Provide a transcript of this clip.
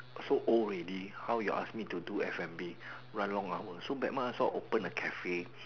so old already how you ask me do F&B run long hours so bad mah so I open a Cafe